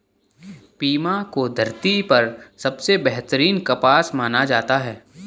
Pima को धरती पर सबसे बेहतरीन कपास माना जाता है